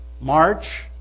March